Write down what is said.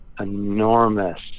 enormous